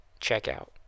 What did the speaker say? checkout